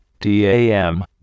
DAM